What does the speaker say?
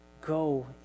Go